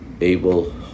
able